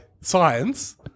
Science